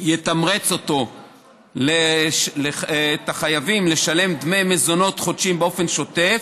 זה יתמרץ את החייבים לשלם דמי מזונות חודשיים באופן שוטף,